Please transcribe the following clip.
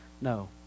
No